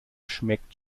schmeckt